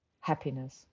Happiness